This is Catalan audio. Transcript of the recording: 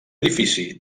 edifici